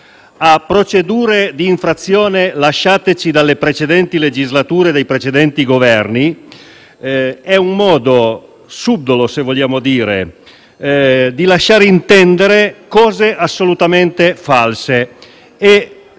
a procedure di infrazione lasciate dalle precedenti legislature e dai precedenti Governi è un modo subdolo - se vogliamo dire così - di lasciar intendere cose assolutamente false.